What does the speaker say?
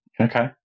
Okay